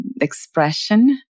expression